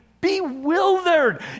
bewildered